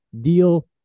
deal